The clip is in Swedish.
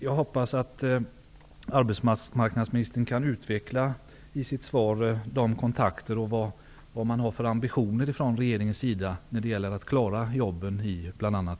Jag hoppas att arbetsmarknadsministern i sitt svar kan utveckla vilka kontakter och ambitioner regeringen har för att klara jobben i bl.a.